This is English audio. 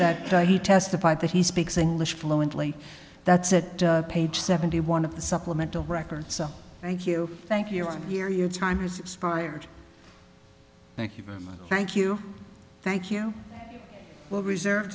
that he testified that he speaks english fluently that said page seventy one of the supplemental records so thank you thank you dear your time has expired thank you thank you thank you we'll reserve